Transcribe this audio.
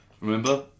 Remember